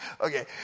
Okay